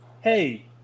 hey